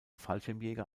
fallschirmjäger